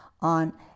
on